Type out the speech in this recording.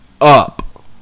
Up